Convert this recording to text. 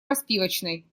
распивочной